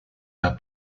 were